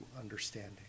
understanding